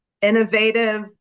innovative